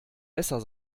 besser